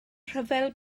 ryfel